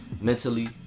mentally